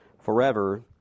forever